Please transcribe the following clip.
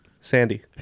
Sandy